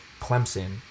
Clemson